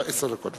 עשר דקות.